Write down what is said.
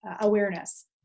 awareness